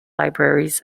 libraries